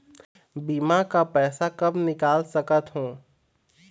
बीमा का पैसा कब निकाल सकत हो?